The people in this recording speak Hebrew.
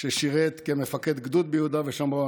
ששירת כמפקד גדוד ביהודה ושומרון,